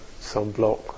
sunblock